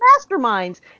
masterminds